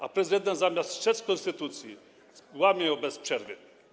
A prezydent, zamiast strzec konstytucji, łamie ją bez przerwy.